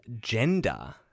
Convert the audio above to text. gender